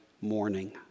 morning